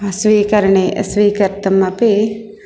स्वीकरणे स्वीकर्तुम् अपि